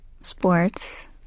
sports